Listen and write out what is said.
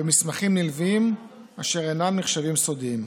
ומסמכים נלווים אשר אינם נחשבים סודיים.